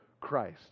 Christ